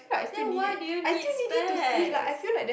then why did you need specs